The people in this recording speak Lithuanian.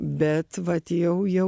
bet vat jau jau